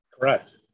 Correct